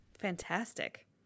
fantastic